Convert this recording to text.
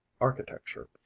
architecture